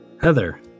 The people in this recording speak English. Heather